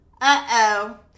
Uh-oh